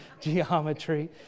geometry